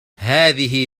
هذه